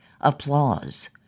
applause